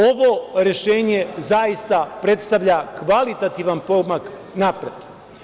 Ovo rešenje zaista predstavlja kvalitativan pomak napred.